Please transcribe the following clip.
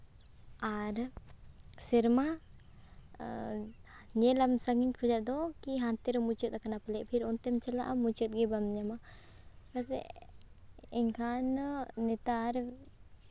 ᱟᱨ ᱥᱮᱨᱢᱟ ᱧᱮᱞᱟᱢ ᱥᱟᱹᱜᱤᱧ ᱠᱷᱚᱡᱟᱜ ᱫᱚ ᱠᱤ ᱦᱟᱱᱛᱮ ᱨᱮ ᱢᱩᱪᱟᱹᱫ ᱟᱠᱟᱱᱟ ᱯᱟᱞᱮᱱ ᱯᱷᱤᱨ ᱚᱱᱛᱮᱢ ᱪᱟᱞᱟᱜᱼᱟ ᱢᱩᱪᱟᱹᱫ ᱜᱮ ᱵᱟᱢ ᱧᱟᱢᱟ ᱚᱱᱠᱟᱛᱮ ᱮᱱᱠᱷᱟᱱ ᱱᱮᱛᱟᱨ